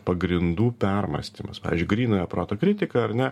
pagrindų permąstymas pavyzdžiui grynojo proto kritika ar ne